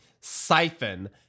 Siphon